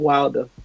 Wilder